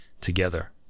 together